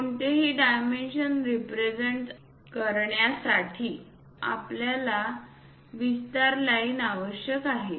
कोणतेही dimension represent करण्यासाठी आपल्याला विस्तार लाइन आवश्यक आहेत